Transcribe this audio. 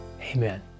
Amen